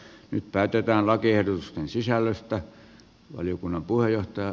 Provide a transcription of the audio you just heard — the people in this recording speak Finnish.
nyt päätetään lakiehdotusten sisällöstä